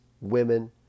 women